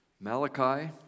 Malachi